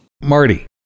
marty